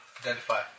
identify